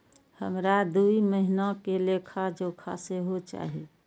हमरा दूय महीना के लेखा जोखा सेहो चाही